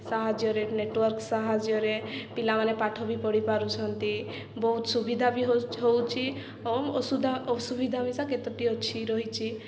ସାହାଯ୍ୟରେ ନେଟୱାର୍କ ସାହାଯ୍ୟରେ ପିଲାମାନେ ପାଠ ବି ପଢ଼ି ପାରୁଛନ୍ତି ବହୁତ ସୁବିଧା ବି ହେଉଛି ଅସୁବିଧା ବି କେତୋଟି ଅଛି ରହିଛି